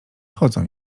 chodzą